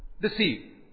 Deceive